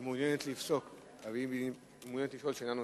היא מעוניינת לשאול שאלה נוספת,